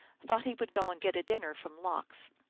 thought he would go and get a dinner from lox.